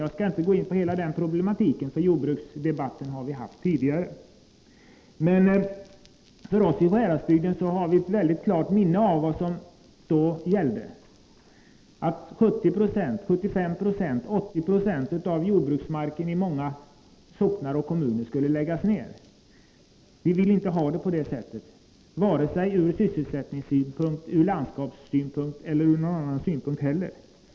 Jag skall inte gå in på hela den problematiken, för jordbruksdebatten har vi haft tidigare, men vi i Sjuhäradsbygden har ett klart minne av vad som hände på 1960-talet. 70, 75 eller 80 20 av jordbruksmarken i många socknar och kommuner skulle läggas ner. Vi vill inte ha det på det sättet, vare sig från sysselsättningssynpunkt, från landskapssynpunkt eller från någon annan synpunkt.